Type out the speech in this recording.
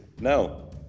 Now